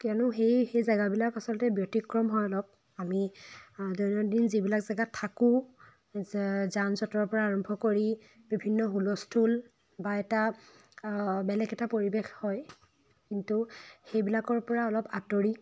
কিয়নো সেই সেই জেগাবিলাক আচলতে ব্যতিক্ৰম হয় অলপ আমি দৈনন্দিন যিবিলাক জেগাত থাকোঁ যা যান জঁটৰ পৰা আৰম্ভ কৰি বিভিন্ন হুলস্থুল বা এটা বেলেগ এটা পৰিৱেশ হয় কিন্তু সেইবিলাকৰ পৰা অলপ আঁতৰি